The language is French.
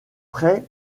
près